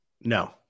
No